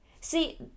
See